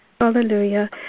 Hallelujah